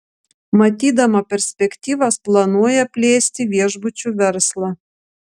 matydama perspektyvas planuoja plėsti viešbučių verslą